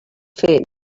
fer